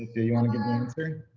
do you wanna give and